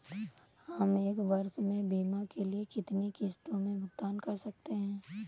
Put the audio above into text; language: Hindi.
हम एक वर्ष में बीमा के लिए कितनी किश्तों में भुगतान कर सकते हैं?